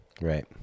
Right